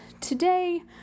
today